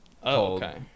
okay